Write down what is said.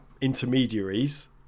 intermediaries